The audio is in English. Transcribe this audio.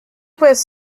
was